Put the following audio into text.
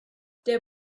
der